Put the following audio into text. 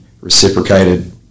reciprocated